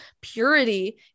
purity